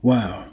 Wow